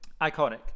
iconic